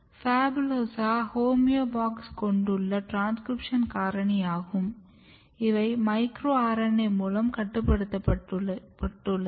PHABULOSA homeobox கொண்டுள்ள transcription காரணியாகும் இவை மைக்ரோ RNA மூலம் கட்டுப்படுத்தப்படுகிறது